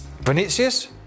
Vinicius